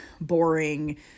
boring